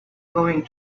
going